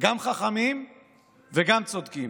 גם חכמים וגם צודקים".